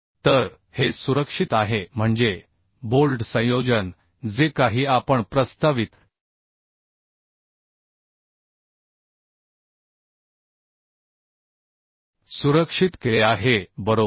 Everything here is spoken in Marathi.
तर हे सुरक्षित आहे म्हणजे बोल्ट संयोजन जे काही आपण प्रस्तावित सुरक्षित केले आहे बरोबर